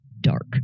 dark